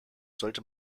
sollte